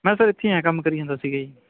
ਮੈਂ ਸਰ ਇੱਥੇ ਹੀ ਹਾਂ ਕੰਮ ਕਰੀ ਜਾਂਦਾ ਸੀਗਾ ਜੀ